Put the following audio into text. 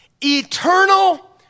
Eternal